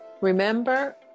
Remember